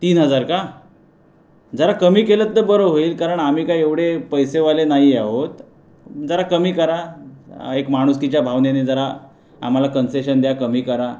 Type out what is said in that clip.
तीन हजार का जरा कमी केलंत बरं होईल कारण आम्ही काय एवढे पैसेवाले नाही आहोत जरा कमी करा एक माणुसकीच्या भावनेने जरा आम्हाला कन्सेशन द्या कमी करा